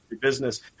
business